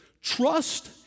Trust